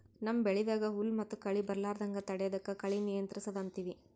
ನಮ್ಮ್ ಬೆಳಿದಾಗ್ ಹುಲ್ಲ್ ಮತ್ತ್ ಕಳಿ ಬರಲಾರದಂಗ್ ತಡಯದಕ್ಕ್ ಕಳಿ ನಿಯಂತ್ರಸದ್ ಅಂತೀವಿ